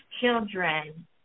children